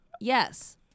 Yes